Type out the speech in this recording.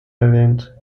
erwähnt